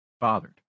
bothered